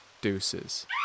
deuces